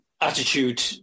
attitude